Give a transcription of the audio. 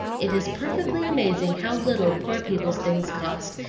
it is perfectly amazing how little poor people's things cost,